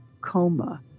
coma